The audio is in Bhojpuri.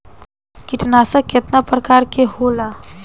कीटनाशक केतना प्रकार के होला?